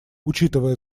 учитывая